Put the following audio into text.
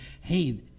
hey